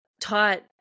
taught